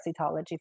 parasitology